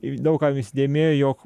daug kam įsidėmėjo jog